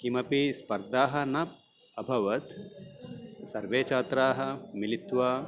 कापि स्पर्धाः न अभवत् सर्वे छात्राः मिलित्वा